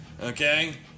Okay